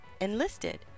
Enlisted